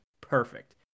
perfect